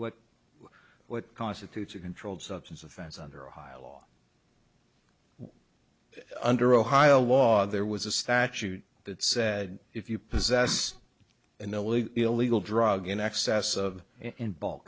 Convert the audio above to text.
what what constitutes a controlled substance offense under ohio law under ohio law there was a statute that said if you possess an elite illegal drug in excess of in bulk